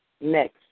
next